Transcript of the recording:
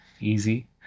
easy